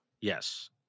Yes